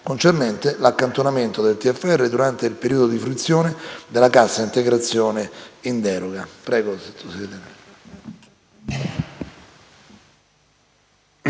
l'obbligo dell'accantonamento del Tfr durante il periodo di fruizione della cassa integrazione in deroga.